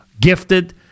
gifted